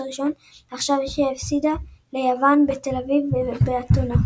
הראשון לאחר שהפסידה ליוון בתל אביב ובאתונה.